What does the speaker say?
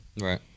Right